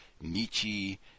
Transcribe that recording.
Nietzsche